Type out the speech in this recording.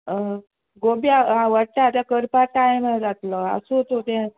ह गोबी आवडटा तें करपा टायम जातलो आसूं तूं तें